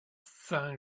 saint